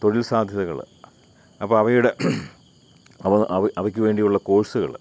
തൊഴിൽ സാധ്യതകൾ അപ്പം അവയുടെ അവ അവയ്ക്ക് വേണ്ടിയുള്ള കോഴ്സുകൾ